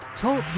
Talk